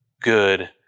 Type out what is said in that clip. good